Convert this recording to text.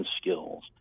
skills